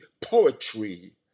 poetry